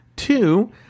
Two